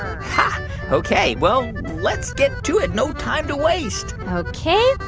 ok, well, let's get to it. no time to waste ok.